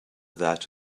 that